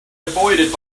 avoided